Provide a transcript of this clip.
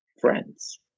friends